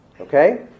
Okay